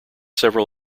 several